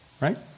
right